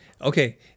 Okay